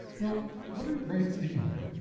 well what are rights anyway?